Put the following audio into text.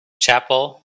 chapel